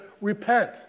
repent